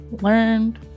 learned